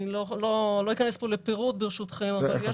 אני לא אכנס כאן לפירוט, ברשותכם, אבל יש לנו.